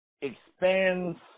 expands